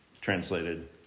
translated